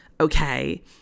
okay